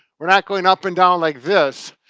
we're not going up and down like this.